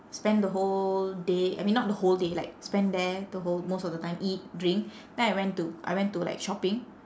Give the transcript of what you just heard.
spend the whole day I mean not the whole day like spend there the whole most of the time eat drink then I went to I went to like shopping